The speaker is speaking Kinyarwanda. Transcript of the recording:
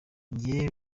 njye